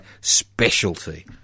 specialty